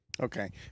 Okay